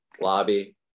lobby